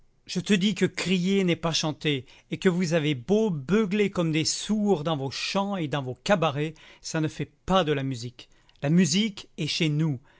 je te dis que crier n'est pas chanter et que vous avez beau beugler comme des sourds dans vos champs et dans vos cabarets ça ne fait pas de la musique la musique est chez nous